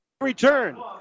return